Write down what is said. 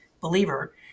believer